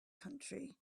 country